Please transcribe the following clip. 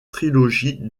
trilogie